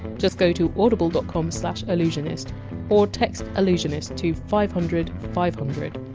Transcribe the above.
just go to audible dot com slash allusionist or text allusionist to five hundred five hundred,